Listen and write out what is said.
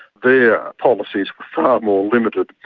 their policy's far more limited.